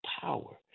power